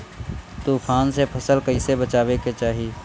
तुफान से फसल के कइसे बचावे के चाहीं?